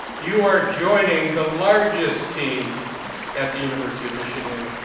you are joining the largest team at the university of michigan,